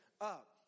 up